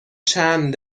چند